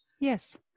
Yes